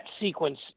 sequence